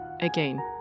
again